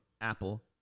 Apple